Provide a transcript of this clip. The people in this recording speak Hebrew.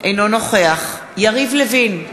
אינו נוכח יריב לוין,